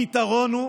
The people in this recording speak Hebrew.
הפתרון הוא,